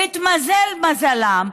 התמזל מזלם,